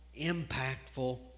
impactful